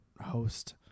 host